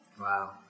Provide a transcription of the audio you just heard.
Wow